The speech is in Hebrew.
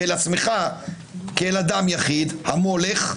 ואל עצמך כאל אדם יחיד המולך.